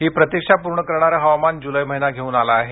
ती प्रतिक्षा पूर्ण करणारं हवामान जुलै महिना घेऊन आला आहे